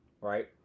right